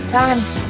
times